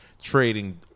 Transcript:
trading